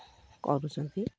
କରୁଛନ୍ତି